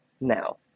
now